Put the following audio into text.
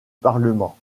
parlement